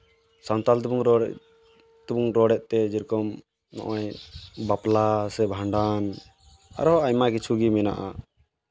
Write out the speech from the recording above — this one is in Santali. ᱥᱟᱱᱛᱟᱲ ᱛᱮᱵᱚᱱ ᱨᱚᱲᱮᱜ ᱛᱮᱵᱚᱱ ᱨᱚᱲᱮᱜ ᱛᱮ ᱡᱮᱨᱚᱠᱚᱢ ᱱᱚᱜᱼᱚᱸᱭ ᱵᱟᱯᱞᱟ ᱥᱮ ᱵᱷᱟᱸᱰᱟᱱ ᱟᱨᱚ ᱟᱭᱢᱟ ᱠᱤᱪᱷᱩ ᱜᱮ ᱢᱮᱱᱟᱜᱼᱟ